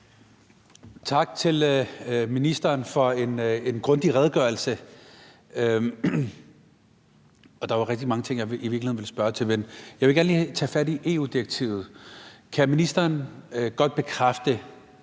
Tak til ministeren for en grundig redegørelse. Der var rigtig mange ting, jeg i virkeligheden ville spørge til, men jeg vil gerne lige tage fat i EU-direktivet. Kan ministeren godt bekræfte,